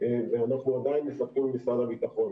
ואנחנו עדיין מספקים למשרד הביטחון.